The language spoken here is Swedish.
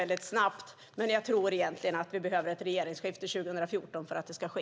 Egentligen tror jag dock att vi behöver ett regeringsskifte 2014 för att det ska ske.